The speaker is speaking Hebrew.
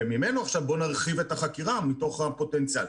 וממנו עכשיו בואו נרחיב את החקירה מתוך הפוטנציאל.